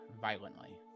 violently